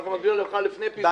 אולי נוכל להעביר את זה לפני כן.